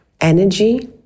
Energy